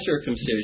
circumcision